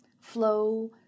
Flow